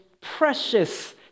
precious